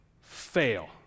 Fail